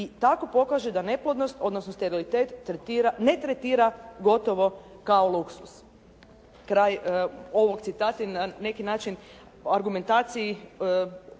i tako pokaže da neplodnost, odnosno sterilitet ne tretira gotovo kao luksuz.“ Kraj ovog citata i na neki način argumentaciji